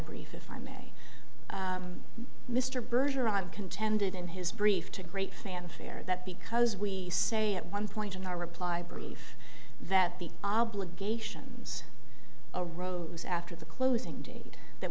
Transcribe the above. brief if i may mr berger i've contended in his brief to great fanfare that because we say at one point in our reply brief that the obligations arose after the closing date that